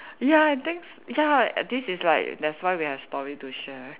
ya I thinks ya this is like that's why we have story to share